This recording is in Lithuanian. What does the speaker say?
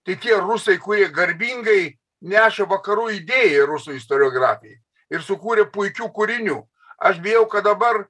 tai tie rusai kurie garbingai nešė vakarų idėją rusų istoriografijai ir sukūrė puikių kūrinių aš bijau kad dabar